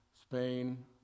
Spain